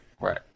Right